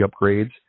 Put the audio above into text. upgrades